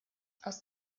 aus